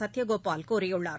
சத்தியகோபால் கூறியுள்ளார்